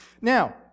Now